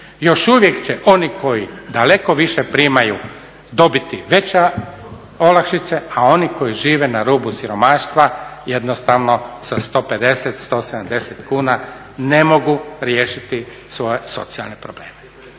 još uvijek će oni koji daleko više primaju dobiti veće olakšice a oni koji žive na rubu siromaštva jednostavno sa 150, 170 kuna ne mogu riješiti svoje socijalne probleme.